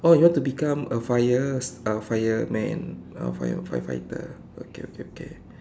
oh you want to become a fire uh fireman oh fire fire fighter okay okay okay